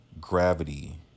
gravity